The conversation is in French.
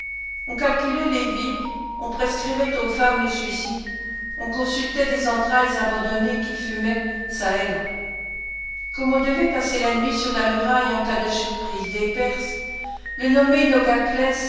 on calculait les vivres on prescrivait aux femmes le suicide on consultait des entrailles abandonnées qui fumaient çà et là comme on devait passer la nuit sur la muraille en cas de surprise des perses le nommé